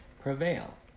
prevail